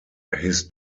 his